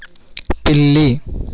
పిల్లి